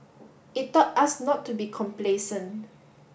it taught us not to be complacent